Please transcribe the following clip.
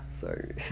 Sorry